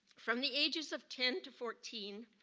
from the ages of ten to fourteen,